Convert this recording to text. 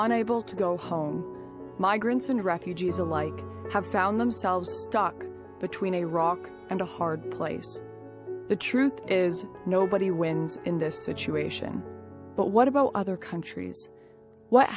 unable to go home and refugees alike have found themselves between a rock and a hard place the truth is nobody wins in this situation but what about other countries what